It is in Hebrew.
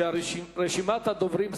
אני רוצה להודיע שרשימת הדוברים סגורה.